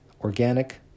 organic